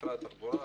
משרד התחבורה,